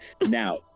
now